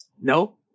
No